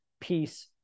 peace